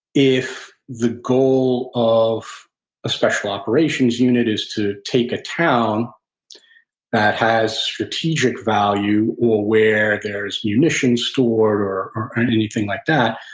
if the goal of a special operations unit is to take a town that has strategic value, or where there's munitions stored or or and anything like that,